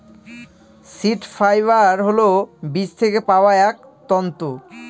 seed fibre হল বীজ থেকে পাওয়া এক তন্তু